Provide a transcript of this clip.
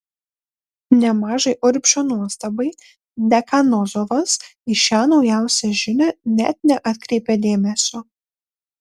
nemažai urbšio nuostabai dekanozovas į šią naujausią žinią net neatkreipė dėmesio